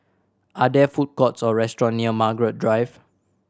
are there food courts or restaurant near Margaret Drive